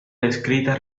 descrita